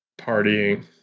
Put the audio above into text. partying